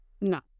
No